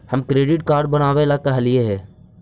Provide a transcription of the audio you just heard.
हम credit card बनावे ला कहलिऐ हे?